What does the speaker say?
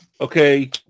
okay